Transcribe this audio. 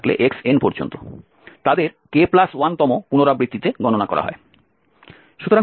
তাদের k1 তম পুনরাবৃত্তিতে গণনা করা হয়